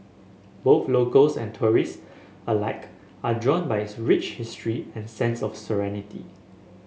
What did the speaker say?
both locals and tourist alike are drawn by its rich history and sense of serenity